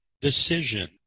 decision